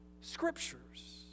scriptures